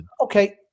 Okay